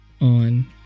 on